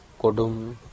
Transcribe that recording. Kodum